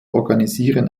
organisieren